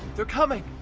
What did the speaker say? they're coming!